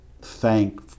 thank